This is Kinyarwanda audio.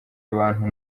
abantu